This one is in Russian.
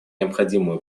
необходимую